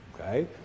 Okay